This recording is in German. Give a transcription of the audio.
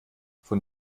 von